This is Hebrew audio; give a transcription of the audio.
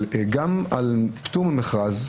גם על פטור ממכרז,